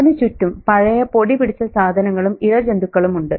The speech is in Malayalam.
അവനു ചുറ്റും പഴയ പൊടി പിടിച്ച സാധനങ്ങളും ഇഴജന്തുക്കളുമുണ്ട്